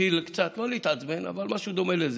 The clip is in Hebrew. מתחיל קצת, לא להתעצבן, אבל משהו דומה לזה,